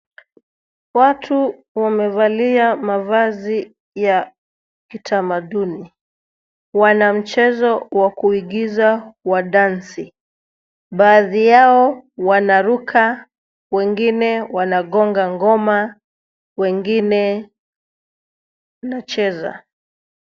Watu wamevalia mavazi ya kitamaduni. Wana mchezo wa kuingiza wa dansi. Baadhi yao wanaruka, wengine wanagonga ngoma, wengine wanacheza.